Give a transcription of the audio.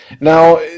Now